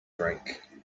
drink